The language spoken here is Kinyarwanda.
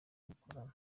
mukorana